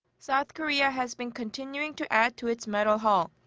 south korea has been continuing to add to its medal haul.